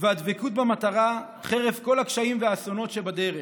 והדבקות במטרה חרף כל הקשיים והאסונות שבדרך.